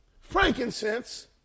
frankincense